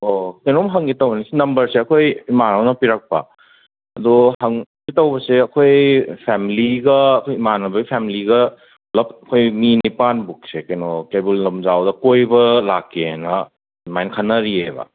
ꯑꯣ ꯀꯩꯅꯣꯝ ꯍꯪꯒꯦ ꯇꯧꯅꯦ ꯅꯝꯕꯔꯁꯦ ꯑꯩꯈꯣꯏ ꯏꯃꯥꯟꯅꯕꯅ ꯄꯤꯔꯛꯄ ꯑꯗꯣ ꯍꯪꯒꯦ ꯇꯧꯕꯁꯦ ꯑꯩꯈꯣꯏ ꯐꯦꯃꯤꯂꯤꯒ ꯑꯩꯈꯣꯏ ꯏꯃꯥꯟꯅꯕꯩ ꯐꯦꯃꯤꯂꯤꯒ ꯄꯨꯂꯞ ꯑꯩꯈꯣꯏ ꯃꯤ ꯅꯤꯄꯥꯟꯃꯨꯛꯁꯦ ꯀꯩꯅꯣ ꯀꯩꯕꯨꯜ ꯂꯝꯖꯥꯎꯗ ꯀꯣꯏꯕ ꯂꯥꯛꯀꯦꯅ ꯑꯗꯨꯃꯥꯏ ꯈꯟꯅꯔꯤꯌꯦꯕ